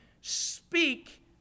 speak